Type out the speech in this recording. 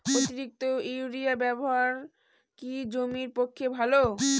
অতিরিক্ত ইউরিয়া ব্যবহার কি জমির পক্ষে ভালো?